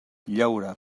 llaura